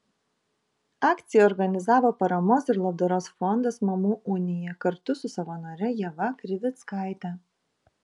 akciją organizavo paramos ir labdaros fondas mamų unija kartu su savanore ieva krivickaite